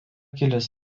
kilęs